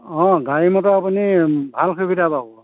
অঁ গাড়ী মটৰ আপুনি ভাল সুবিধা পাব